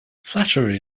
flattery